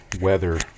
weather